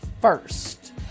first